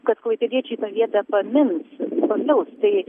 kad klaipėdiečiai tą vietą pamins pamils tai